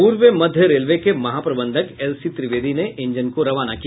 पूर्व मध्य रेलवे के महाप्रबंधक एल सी त्रिवेदी ने ईंजन को रवाना किया